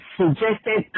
suggested